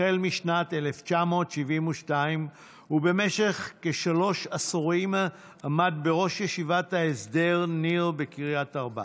משנת 1972 ובמשך כשלושה עשורים עמד בראש ישיבת ההסדר ניר בקריית ארבע.